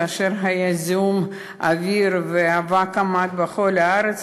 כאשר היה זיהום אוויר ואבק עמד בכל הארץ,